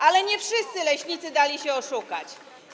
Ale nie wszyscy leśnicy dali się oszukać.